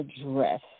address